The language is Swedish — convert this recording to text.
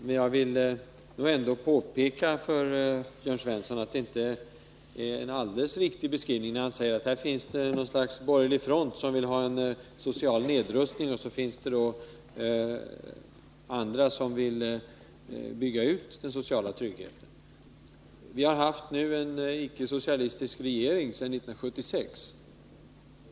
Det är inte en riktig beskrivning när Jörn Svensson säger att det finns något slags borgerlig front som vill ha social nedrustning. Vi har haft ickesocialistiska regeringar sedan 1976.